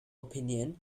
opinion